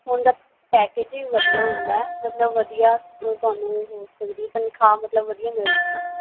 ਉਹਨਾਂ ਦਾ ਪੈਕੇਜ ਵੀ ਵਧੀਆ ਹੁੰਦਾ ਮਤਲਬ ਵਧੀਆ ਤੁਹਾਨੂੰ ਹੋ ਸਕਦੀ ਤਨਖਾਹ ਮਤਲਬ ਵਧੀਆ ਮਿਲ ਜਾਵੇਗੀ